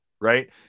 right